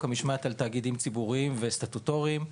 המשמעת על תאגידים ציבוריים וסטטוטוריים.